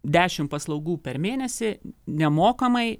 dešimt paslaugų per mėnesį nemokamai